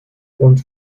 und